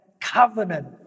covenant